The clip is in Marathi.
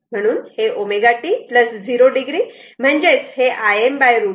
म्हणून ω t 0o o म्हणजेच हे Im √ 2 0 o आहे